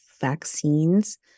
vaccines